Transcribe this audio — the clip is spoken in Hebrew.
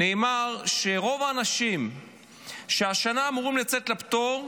נאמר שרוב האנשים שהשנה אמורים לצאת לפטור,